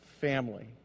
family